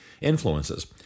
influences